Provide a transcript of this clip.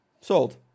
sold